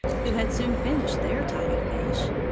who had soon finished their tiny fish.